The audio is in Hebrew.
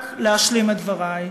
רק להשלים את דברי.